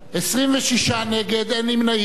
26 נגד, אין נמנעים.